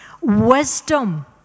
Wisdom